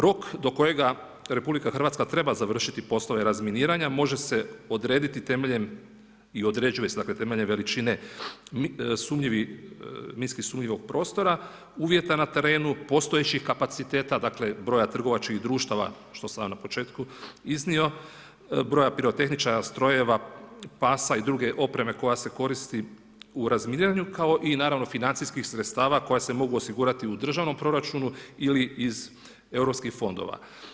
Rok do kojega RH treba završiti poslove razminiranja može se odrediti temeljem i određuje se temeljem veličine minski sumnjivog prostora, uvjeta na terenu, postojećih kapaciteta, dakle broja trgovačkih društava što sam vam na početku iznio, broja pirotehničara, strojeva, pasa i druge opreme koja se koristi u razminiranju kao i naravno financijskih sredstava koja se mogu osigurati u državnom proračunu ili iz europskih fondova.